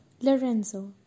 Lorenzo